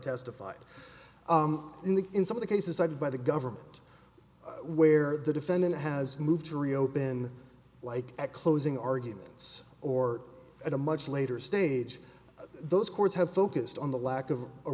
testified in the in some of the cases cited by the government where the defendant has moved to reopen like at closing arguments or at a much later stage those courts have focused on the lack of a